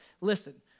listen